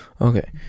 Okay